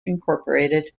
incorporated